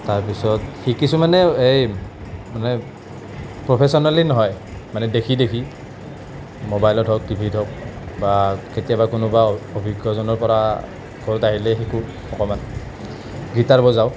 তাৰ পিছত শিকিছোঁ মানে এই মানে প্ৰফেচনেলি নহয় মানে দেখি দেখি ম'বাইলত হওক টিভিত হওক বা কেতিয়াবা কোনোবা অভিজ্ঞজনৰ পৰা ঘৰত আহিলেই শিকোঁ অকণমান গীটাৰ বজাওঁ